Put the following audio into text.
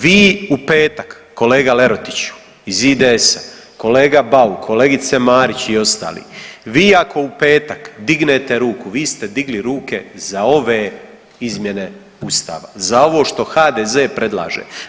Vi u petak, kolega Lerotiću iz IDS-a, kolega Bauk, kolegice Marić i ostali, vi ako u petak dignete ruku, vi ste digli ruke za ove izmjene Ustava, za ovo što HDZ predlaže.